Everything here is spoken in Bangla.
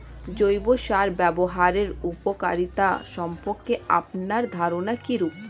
জৈব সার ব্যাবহারের উপকারিতা সম্পর্কে আপনার ধারনা কীরূপ?